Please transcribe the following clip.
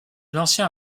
l’ancien